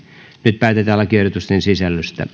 nyt päätetään lakiehdotusten sisällöstä